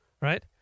right